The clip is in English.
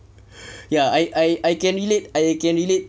ya I I can't relate I can relate